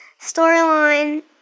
Storyline